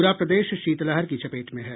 पूरा प्रदेश शीतलहर की चपेट में है